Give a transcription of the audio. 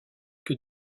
que